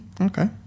Okay